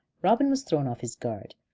robin was thrown off his guard,